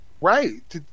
Right